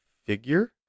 figure